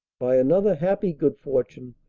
by another happy good fortune,